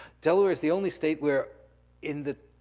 delaware is the only state where in the,